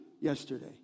yesterday